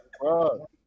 Bro